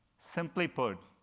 simply put,